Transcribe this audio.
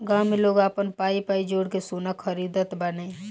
गांव में लोग आपन पाई पाई जोड़ के सोना खरीदत बाने